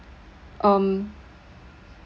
um